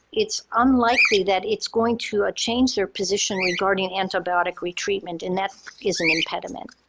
it's unlikely that it's going to ah change their position regarding antibiotic retreatment. and that is an impediment.